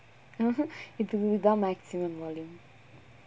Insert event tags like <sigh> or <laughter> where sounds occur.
<laughs> இப்ப இதுதா:ippa ithuthaa maximum volume